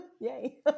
Yay